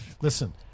listen